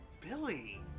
Billy